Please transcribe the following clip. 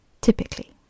typically